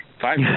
five